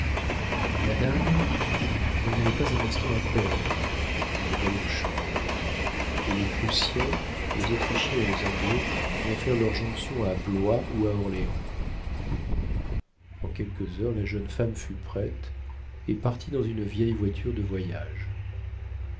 madame vous n'avez pas un instant à perdre dit le valet de chambre les prussiens les autrichiens et les anglais vont faire leur jonction à blois ou à orléans en quelques heures la jeune femme fut prête et partit dans une vieille voiture de voyage